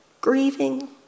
grieving